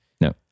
No